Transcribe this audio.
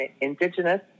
indigenous